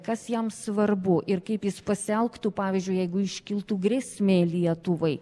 kas jam svarbu ir kaip jis pasielgtų pavyzdžiui jeigu iškiltų grėsmė lietuvai